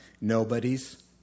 nobody's